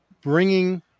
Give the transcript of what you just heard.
bringing